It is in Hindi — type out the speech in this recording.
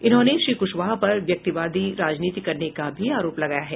इन्होंने श्री क्शवाहा पर व्यक्तिवादी राजनीति करने का भी आरोप लगाया है